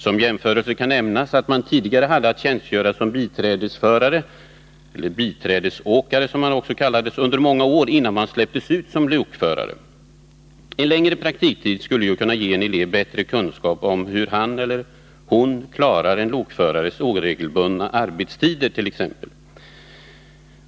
Som jämförelse kan nämnas att man tidigare hade att tjänstgöra som biträdesåkare eller biträdesförare, som det också kallades, under många år innan man släpptes ut som lokförare. En längre praktiktid skulle ju kunna ge en elev bättre kunskap om hur han eller hon t.ex. klarar en lokförares oregelbundna arbetstider.